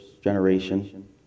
generation